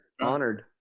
honored